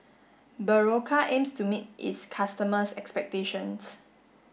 Berocca aims to meet its customers' expectations